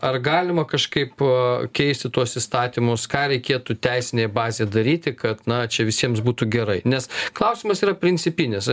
ar galima kažkaip po keisti tuos įstatymus ką reikėtų teisinėj bazėj daryti kad na čia visiems būtų gerai nes klausimas yra principinis